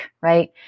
right